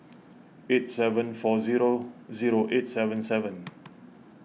eight seven four zero zero eight seven seven